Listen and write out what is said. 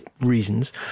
reasons